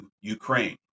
Ukraine